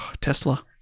Tesla